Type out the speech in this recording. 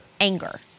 anger